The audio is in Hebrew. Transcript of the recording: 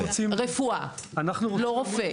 רפואה, לא רופא.